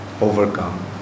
overcome